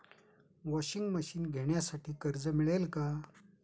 Washing machine घेण्यासाठी कर्ज मिळेल का?